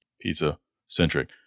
pizza-centric